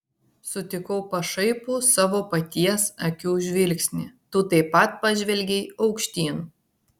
sutikau pašaipų savo paties akių žvilgsnį tu taip pat pažvelgei aukštyn